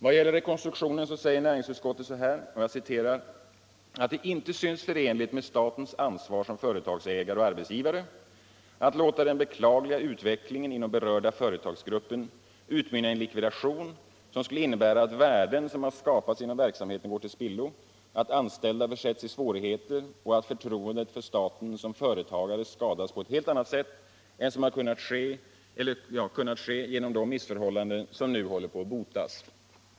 Vad gäller rekonstruktionen säger näringsutskottet ”att det inte synes förenligt med statens ansvar som företagsägare och arbetsgivare att låta den beklagliga utvecklingen inom den berörda företagsgruppen utmynna i en likvidation som skulle innebära att värden som har skapats genom verksamheten går till spillo: att anställda försätts i svårigheter och att förtroendet för staten som företagare skadas på ett helt annat sätt än som har kunnat ske genom de missförhållanden som nu håller på att botas”.